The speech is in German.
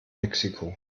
mexiko